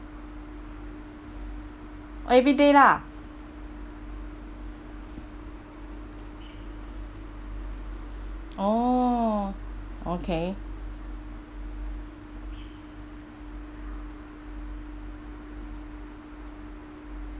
everyday lah oh okay